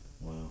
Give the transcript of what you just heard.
Wow